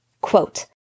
Quote